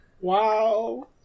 Wow